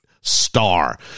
star